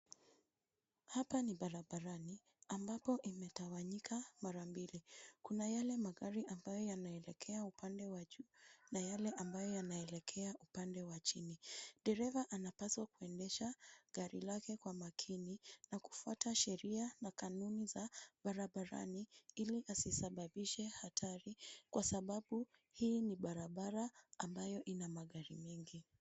Hapa ni barabarani, ambapo imetawanyika mara mbili. Kuna yale magari ambayo yanaelekea upande wa juu na yale ambayo yanaelekea upande wa chini. Dereva anapaswa kuendesha gari lake kwa makini na kufuata sheria na kanuni za barabarani ili asisababishe hatari, kwasababu hii ni barabara ambayo ina magari mengi.